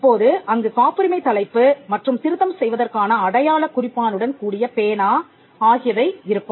இப்போது அங்கு காப்புரிமைத் தலைப்பு மற்றும் திருத்தம் செய்வதற்கான அடையாள குறிப்பானுடன் கூடிய பேனா ஆகியவை இருக்கும்